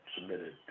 submitted